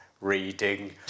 reading